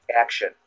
action